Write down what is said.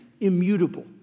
immutable